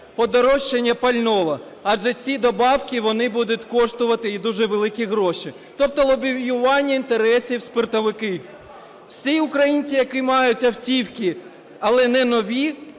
подорожчання пального, адже ці добавки, вони будуть коштувати дуже великі гроші. Тобто лобіювання інтересів спиртовиків. Всі українці, які мають автівки, але не нові,